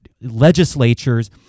legislatures